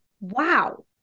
wow